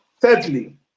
Thirdly